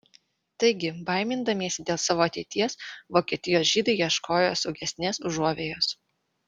taigi baimindamiesi dėl savo ateities vokietijos žydai ieškojo saugesnės užuovėjos